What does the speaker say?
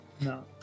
No